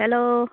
hello